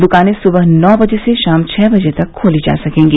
द्कानें सुबह नौ बजे से शाम छह बजे तक खोली जा सकेंगी